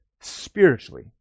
spiritually